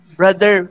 brother